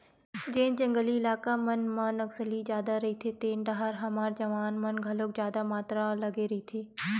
जेन जंगली इलाका मन म नक्सली जादा रहिथे तेन डाहर हमर जवान मन घलो जादा मातरा लगे रहिथे